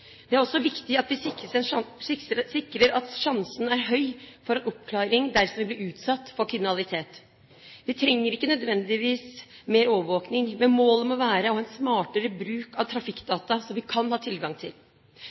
Det er også viktig at vi sikres at sjansen er høy for oppklaring dersom vi blir utsatt for kriminalitet. Vi trenger ikke nødvendigvis mer overvåkning, men målet må være å ha en smartere bruk av trafikkdata som vi kan ha tilgang til.